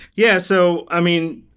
yeah. so, i mean,